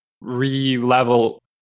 re-level